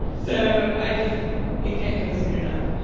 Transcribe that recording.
so i just it can't come soon enough.